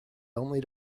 only